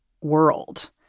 world